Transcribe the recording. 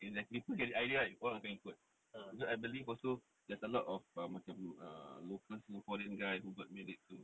exactly people get the idea right orang akan ikut because I believe also there's a lot of macam err local singaporean guy who got married to